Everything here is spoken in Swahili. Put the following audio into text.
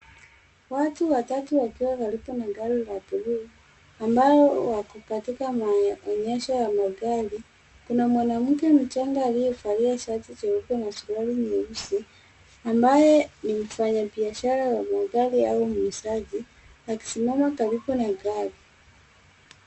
Watu watatu wakiwa karibu na gari la blue , ambao wako katika maonyesho ya magari. Kuna mwanamke mchanga aliyevalia shati nyeupe na suruali nyeusi, ambaye ni mfanyibiashara wa magari au muuzaji, akisimama karibu na gari.